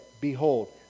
Behold